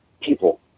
people